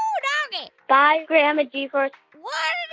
um whoo-doggy bye, grandma g-force what